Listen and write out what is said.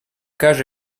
cage